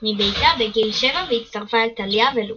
מביתה בגיל 7 והצטרפה אל תאליה ולוק.